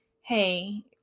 hey